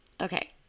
Okay